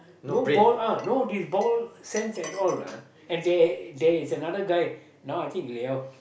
no ball uh no this ball sense at all lah and there there is another guy now I think they all